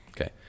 okay